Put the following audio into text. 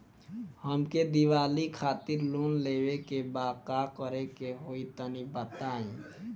हमके दीवाली खातिर लोन लेवे के बा का करे के होई तनि बताई?